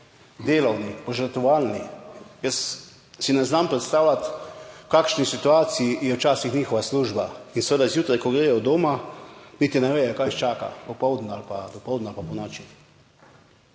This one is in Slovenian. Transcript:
delovni, požrtvovalni, jaz si ne znam predstavljati, v kakšni situaciji je včasih njihova služba in seveda zjutraj, ko gredo od doma, niti ne vedo, kaj jih čaka popoldne ali pa dopoldne ali pa ponoči.